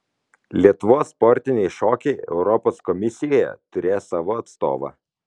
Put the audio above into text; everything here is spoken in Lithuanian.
lietuvos sportiniai šokiai europos komisijoje turės savo atstovą